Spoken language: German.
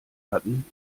hatten